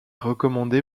recommandé